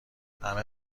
همه